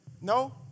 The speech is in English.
no